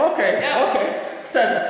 אוקיי, בסדר.